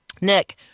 Nick